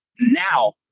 now